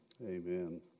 Amen